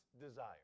desire